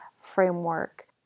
framework